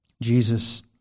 Jesus